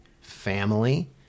family